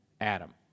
Adam